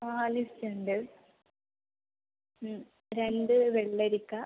ആ ലിസ്റ്റ് ഉണ്ട് ഉം രണ്ട് വെള്ളരിക്ക